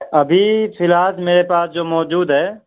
ابھی فی الحال جو میرے پاس جو موجود ہے